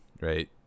Right